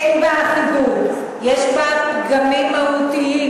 אין בה אחידות, יש בה פגמים מהותיים,